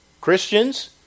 Christians